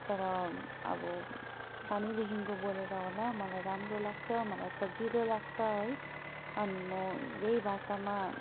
तर अब सानैदेखिको बोलेर होला मलाई राम्रो लाग्छ मलाई सजिलो लाग्छ है अनि म यही भाषामा